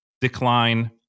decline